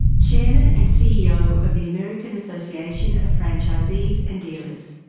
chairman and ceo of the american association of franchisees and dealers.